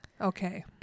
Okay